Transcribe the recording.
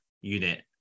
Unit